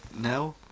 no